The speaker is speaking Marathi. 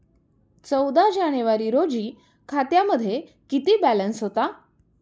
चौदा जानेवारी रोजी खात्यामध्ये किती बॅलन्स होता?